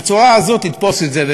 בצורה הזאת נתפוס את זה.